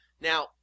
Now